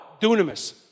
Dunamis